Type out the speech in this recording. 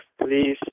Please